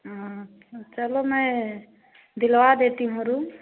अच्छा चलो मैं दिलवा देती हूँ रूम